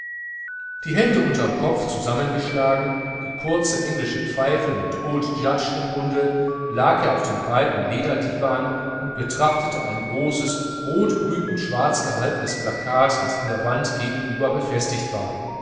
die hände unterm kopf znsammengeschlagen die kurze englische pfeife mit old judge im munde lag er auf dem breiten lederdivan und betrachtete ein großes rot grün und schwarz gehaltenes plakat das an der wand gegenüber befestigt war